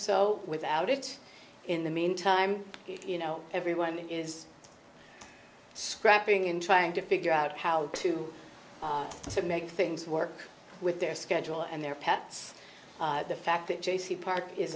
so without it in the meantime you know everyone is scrapping in trying to figure out how to make things work with their schedule and their pets the fact that jaycee park is